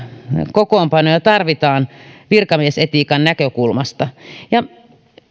kokoonpanoja tarvitaan virkamiesetiikan näkökulmasta